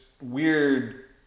weird